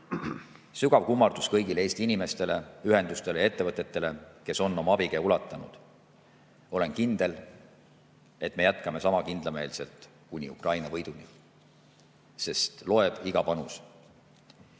Sügav kummardus kõigile Eesti inimestele, ühendustele ja ettevõtetele, kes on oma abikäe ulatanud! Olen kindel, et me jätkame sama kindlameelselt kuni Ukraina võiduni, sest loeb iga panus.